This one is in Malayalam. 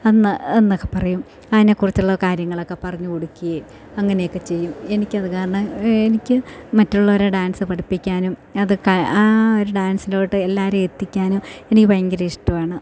അന്ന് എന്നൊക്കെ പറയും അതിനെ കുറിച്ചുള്ള കാര്യങ്ങളൊക്കെ പറഞ്ഞ് കൊടുക്കുകയും അങ്ങനെ ഒക്കെ ചെയ്യും എനിക്കത് കാരണം എനിക്ക് മറ്റുള്ളവരെ ഡാൻസ് പഠിപ്പിക്കാനും അത് ക ആ ഒരു ഡാൻസിലോട്ട് എല്ലാവരേയും എത്തിക്കാനും എനിക്ക് ഭയങ്കര ഇഷ്ടമാണ്